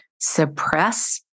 suppress